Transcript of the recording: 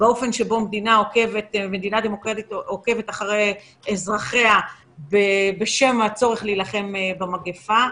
באופן שבו מדינה דמוקרטית עוקבת אחרי אזרחיה בשם הצורך להילחם במגיפה.